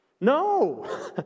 No